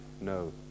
No